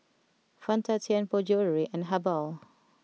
Fanta Tianpo Jewellery and Habhal